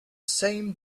same